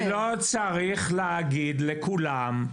אני לא צריך להגיד לכולם,